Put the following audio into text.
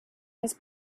his